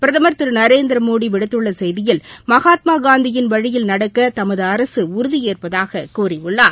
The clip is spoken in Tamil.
பிரதம் திரு நரேந்திரமோடி விடுத்துள்ள செய்தியில் மகாத்மா காந்தியின் வழியில் நடக்க தமது அரசு உறுதியேற்பதாகக் கூறியுள்ளார்